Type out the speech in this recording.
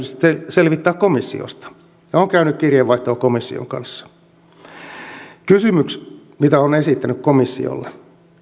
sitten selvittää komissiosta olen käynyt kirjeenvaihtoa komission kanssa kysymykset mitä olen esittänyt komissiolle